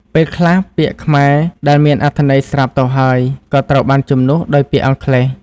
ពេលខ្លះ ពាក្យខ្មែរដែលមានអត្ថន័យស្រាប់ទៅហើយ ក៏ត្រូវបានជំនួសដោយពាក្យអង់គ្លេស។